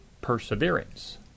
perseverance